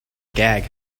gag